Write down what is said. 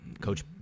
Coach